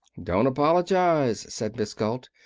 don't apologize, said miss galt.